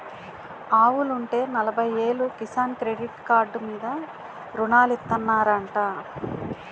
ఆవులుంటే నలబయ్యేలు Kisan credit card మీద రుణాలిత్తనారంటా